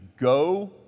go